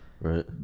right